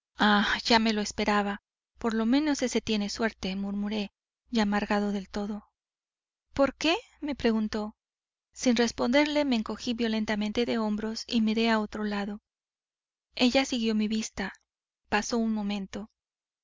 ah ya me lo esperaba por lo menos ese tiene suerte murmuré ya amargado del todo por qué me preguntó sin responderle me encogí violentamente de hombros y miré a otro lado ella siguió mi vista pasó un momento